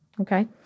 Okay